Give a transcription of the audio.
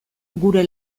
gure